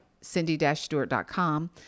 cindy-stewart.com